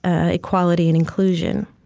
ah equality, and inclusion